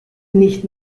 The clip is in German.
nicht